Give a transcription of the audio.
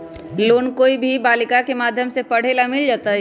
Loan कोई भी बालिका के माध्यम से पढे ला मिल जायत?